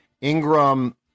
Ingram